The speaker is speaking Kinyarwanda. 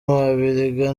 abiriga